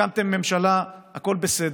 הקמתם ממשלה, הכול בסדר.